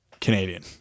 Canadian